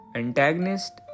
antagonist